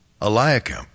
Eliakim